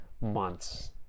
months